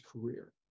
career